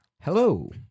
Hello